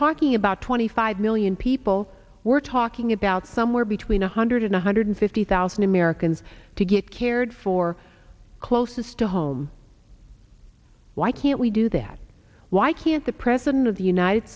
talking about twenty five million people we're talking about somewhere between one hundred and one hundred fifty thousand americans to get cared for closest to home why can't we do that why can't the president of the united